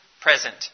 present